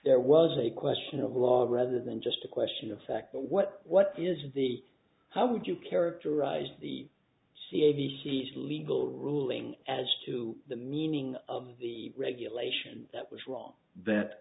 there was a question a lot rather than just a question of fact what what is the how would you characterize the c d c s legal ruling as to the meaning of the regulation that was wrong that